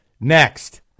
Next